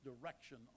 direction